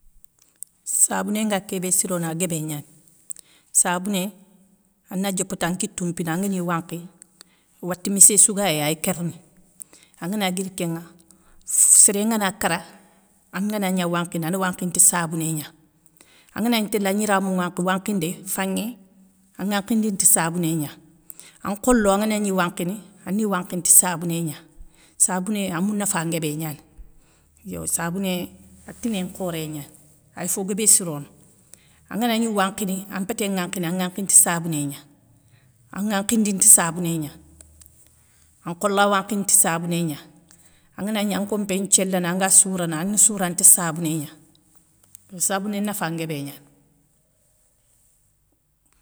Sabouné nga kébé sirono a guébé gnani, sabouné a na diopa tan nkitou pina angani wankhi, waté missé souga yéyi aya kérini. angana guiri kéŋa séré ngana kara, anganagna wankhini a na wankhini ti sabouné gna, anganagni téla gniramou ŋankhi wankhindé faŋé, a ŋankhindini ti sabouné gna, an kholo angana gni wankhini a ni wankhini ti sabouné gna, sabouné a mounafa nguébé gnani, yo sabouné a timé nkhoré gnani aya fo guébé sirono. An ganagni wankhini an pété ŋankhini a ŋankhini ti sabouné gna, an ŋankhidini ti sabouné gna, an khola wankhini ti sabouné gna, anganagni an konpé nthiélana anga sourana, ani sourana ti sabouné gna. Sabouné nafa nguébé gnani.